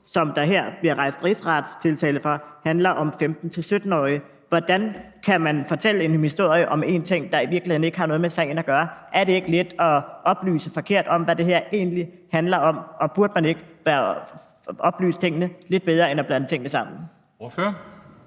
som der her bliver rejst rigsretstiltale for, handler om 15-17-årige. Hvordan kan man fortælle en historie om en ting, der i virkeligheden ikke har noget med sagen at gøre? Er det ikke lidt at oplyse forkert om, hvad det her egentlig handler om, og burde man ikke oplyse lidt bedre om tingene og ikke blande tingene sammen? Kl.